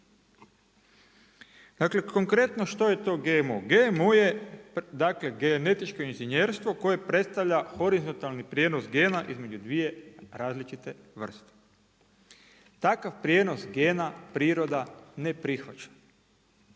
Dakle, konkretno što je to GMO? GMO je dakle, genetičko inženjerstvo koje predstavlja horizontalni prijenos gena između dvije različite vrste. Takav prijenos gena priroda ne prihvaća.